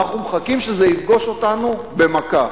אנחנו מחכים שזה יפגוש אותנו במכה.